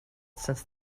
since